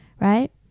right